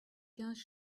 quinze